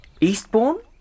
Eastbourne